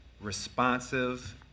responsive